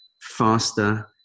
faster